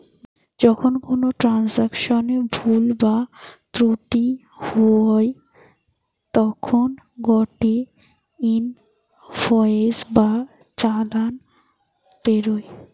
যখন কোনো ট্রান্সাকশনে ভুল বা ত্রুটি হই তখন গটে ইনভয়েস বা চালান বেরোয়